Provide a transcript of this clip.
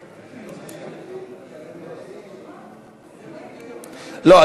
לא,